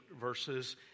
verses